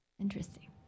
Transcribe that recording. Interesting